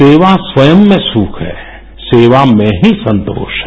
सेवा स्वयं में सुख है सेवा में ही संतोष है